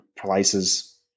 places